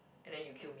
and then you kill me